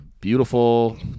beautiful